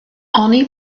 oni